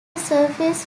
surface